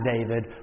David